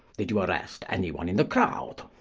did you arrest any one in the crowd?